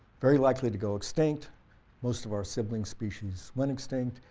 very likely to go extinct most of our sibling species went extinct,